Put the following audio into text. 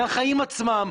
מהחיים עצמם,